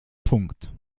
punkt